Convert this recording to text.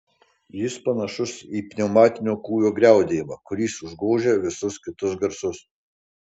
jis panašus į pneumatinio kūjo griaudėjimą kuris užgožia visus kitus garsus